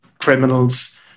criminals